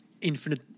infinite